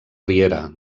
riera